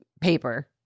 paper